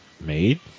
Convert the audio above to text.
made